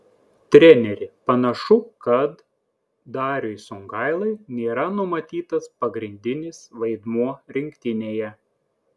treneri panašu kad dariui songailai nėra numatytas pagrindinis vaidmuo rinktinėje